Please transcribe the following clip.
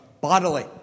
bodily